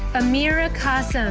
amira cass m.